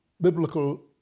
biblical